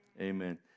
Amen